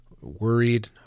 worried